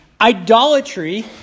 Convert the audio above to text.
idolatry